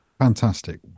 fantastic